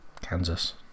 Kansas